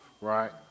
right